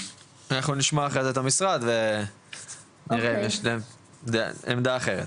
אני יכול לשמוע אחרי זה את המשרד ונראה אם יש להם עמדה אחרת.